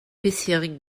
bisherigen